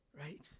right